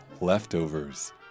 leftovers